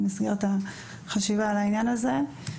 במסגרת החשיבה על העניין הזה.